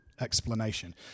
explanation